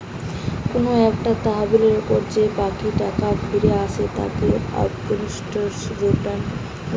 কুনু একটা তহবিলের উপর যে বাকি টাকা ফিরত আসে তাকে অবসোলুট রিটার্ন বলছে